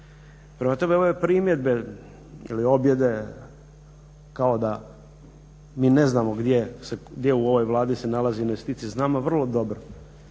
Prema tome ove primjedbe ili objede kao da mi ne znamo gdje se u ovoj Vladi nalaze investicije. Znamo vrlo dobro